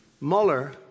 Mueller